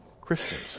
Christians